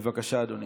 בבקשה, אדוני.